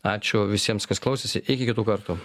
ačiū visiems kas klausėsi iki kitų kartų